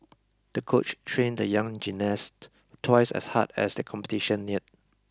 the coach trained the young gymnast twice as hard as the competition neared